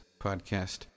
podcast